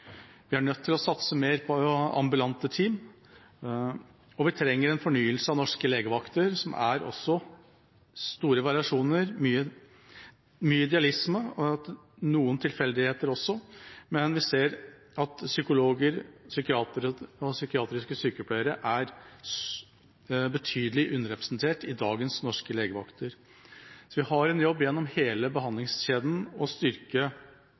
Vi er nødt til å satse mer på ambulante team, og vi trenger en fornyelse av norske legevakter, der det også er store variasjoner, det er mye idealisme og noen tilfeldigheter også, men vi ser at psykologer, psykiatere og psykiatriske sykepleiere er betydelig underrepresentert på dagens norske legevakter. Vi har en jobb å gjøre gjennom hele behandlingskjeden med å styrke